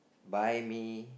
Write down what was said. by me